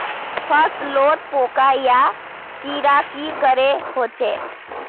फसलोत पोका या कीड़ा की करे होचे?